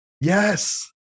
yes